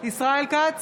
ישראל כץ,